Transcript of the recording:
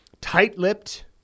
tight-lipped